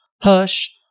Hush